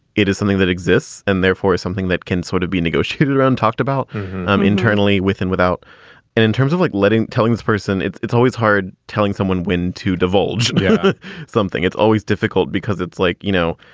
it is something that exists and therefore is something that can sort of negotiated around, talked about um internally with and without. and in terms of like letting. telling this person it's it's always hard telling someone when to divulge something. it's always difficult because it's like, you know,